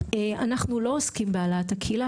אנחנו לא עוסקים בהעלאת הקהילה,